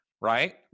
right